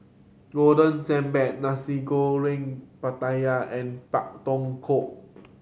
Golden Sand Bun Nasi Goreng Pattaya and Pak Thong Ko